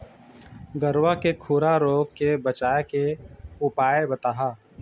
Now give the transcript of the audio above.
गरवा के खुरा रोग के बचाए के उपाय बताहा?